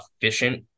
efficient